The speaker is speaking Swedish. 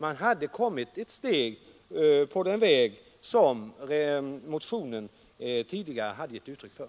Man hade tagit ett steg på den väg som motionen tidigare hade gett uttryck för.